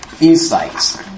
insights